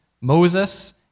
Moses